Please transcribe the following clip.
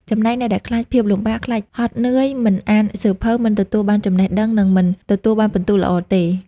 ចំណែកអ្នកដែលខ្លាចភាពលំបាក ខ្លាចហត់នើយ មិនអានសៀវភៅ មិនទទួលបានចំណេះដឹងនឹងមិនទទួលបានពិន្ទុល្អទេ។